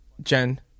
Jen